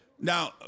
Now